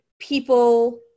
people